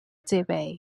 debate